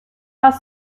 was